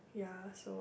ya so